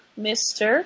mr